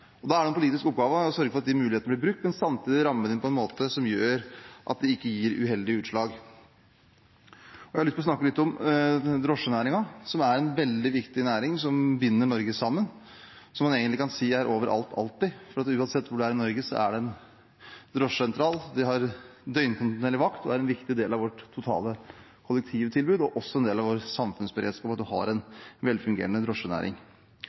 Da er det en politisk oppgave å sørge for at de mulighetene blir brukt, men samtidig å ramme dem inn på en måte som gjør at de ikke gir uheldige utslag. Jeg har lyst til å snakke litt om drosjenæringen, en veldig viktig næring som binder Norge sammen, og som man egentlig kan si er overalt, alltid. For uansett hvor man er i Norge, så er det en drosjesentral. De har døgnkontinuerlig vakt og er en viktig del av vårt totale kollektivtilbud. Det å ha en velfungerende drosjenæring er også en del av vår samfunnsberedskap.